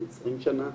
אני 20 שנה